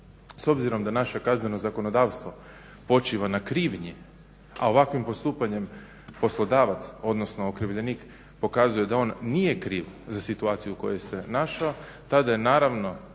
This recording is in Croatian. S obzirom da naše kazneno zakonodavstvo počiva na krivnji, a ovakvim postupanjem poslodavac odnosno okrivljenik pokazuje da on nije kriv za situaciju u kojoj se našao tada je naravno